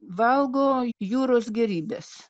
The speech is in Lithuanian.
valgo jūros gėrybes